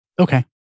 Okay